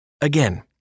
Again